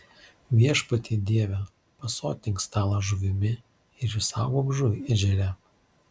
viešpatie dieve pasotink stalą žuvimi ir išsaugok žuvį ežere